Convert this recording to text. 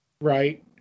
Right